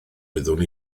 wyddwn